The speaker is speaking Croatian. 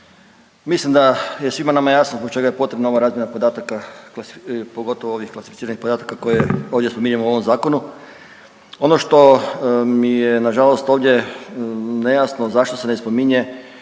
Mislim da je svima nama jasno zbog čega je potrebna ova razmjena podataka klasi…, pogotovo ovih klasificiranih podataka koje ovdje spominjemo u ovom zakonu. Ono što mi je nažalost ovdje nejasno zašto se ne spominje